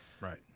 Right